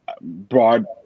broad